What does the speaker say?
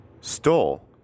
stole